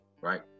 right